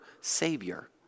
savior